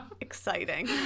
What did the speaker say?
Exciting